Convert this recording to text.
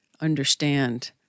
understand